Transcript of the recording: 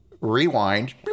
rewind